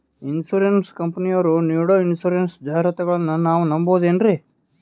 Insurance ಕಂಪನಿಯರು ನೀಡೋ insurance ಜಾಹಿರಾತುಗಳನ್ನು ನಾವು ನಂಬಹುದೇನ್ರಿ?